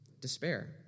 despair